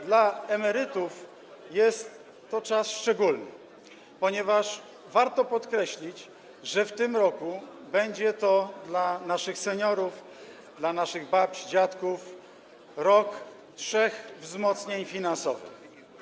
Dla emerytów jest to czas szczególny, ponieważ warto podkreślić, że w tym roku będzie to dla naszych seniorów, dla naszych babć, dziadków rok trzech wzmocnień finansowych.